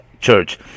church